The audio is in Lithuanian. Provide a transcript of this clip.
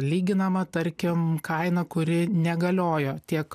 lyginama tarkim kaina kuri negaliojo tiek